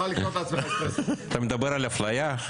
מדבר על אפליה?